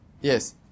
Yes